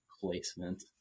placement